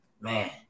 man